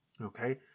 Okay